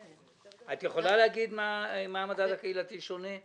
את יכולה להגיד במה המדד הקהילתי שונה?